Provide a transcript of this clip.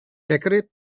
decorate